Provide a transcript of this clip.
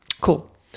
Cool